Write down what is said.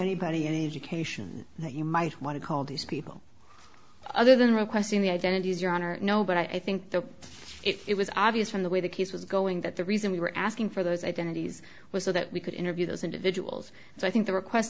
anybody any indication that you might want to call these people other than requesting the identities your honor no but i think that it was obvious from the way the case was going that the reason we were asking for those identities was so that we could interview those individuals so i think the request